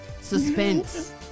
suspense